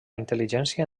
intel·ligència